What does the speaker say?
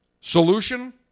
solution